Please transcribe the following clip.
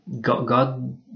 God